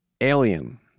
Alien